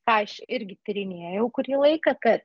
ką aš irgi tyrinėjau kurį laiką kad